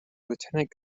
lieutenant